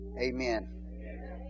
Amen